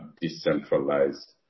decentralized